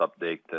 update